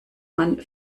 man